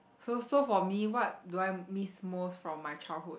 so so for me what do I miss most from my childhood